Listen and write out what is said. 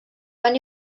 van